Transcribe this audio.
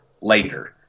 later